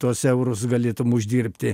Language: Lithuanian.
tuos eurus galėtumei uždirbti